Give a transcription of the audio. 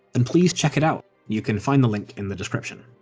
and please check it out! you can find the link in the description.